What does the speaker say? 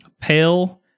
pale